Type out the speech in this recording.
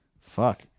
fuck